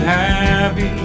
happy